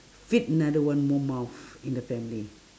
feed another one more mouth in the family